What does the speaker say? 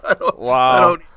wow